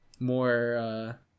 more